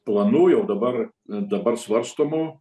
planų jau dabar dabar svarstomų